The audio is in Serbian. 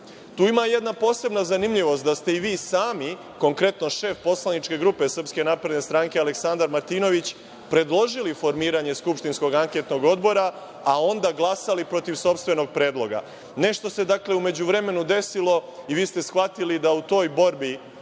Tu ima jedna posebna zanimljivost – da ste i vi sami, konkretno šef poslaničke grupe SNS Aleksandar Martinović, predložili formiranje skupštinskog anketnog odbora, a onda glasali protiv sopstvenog predloga. Nešto se, dakle, u međuvremenu desilo i vi ste shvatili da u toj borbi